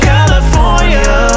California